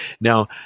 Now